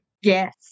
Yes